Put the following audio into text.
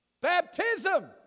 Baptism